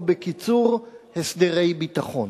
או בקיצור, הסדרי ביטחון.